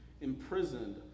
imprisoned